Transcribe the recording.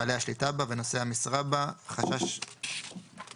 בעלי השליטה בה ונושאי המשרה בה חשש ניגוד